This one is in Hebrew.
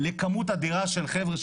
לכמות אדירה של חבר'ה,